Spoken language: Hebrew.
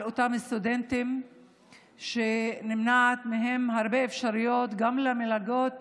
אותם סטודנטים שנמנעות מהם הרבה אפשרויות של מלגות